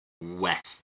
West